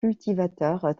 cultivateurs